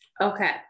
Okay